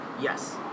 Yes